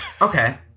Okay